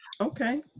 Okay